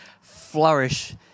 flourish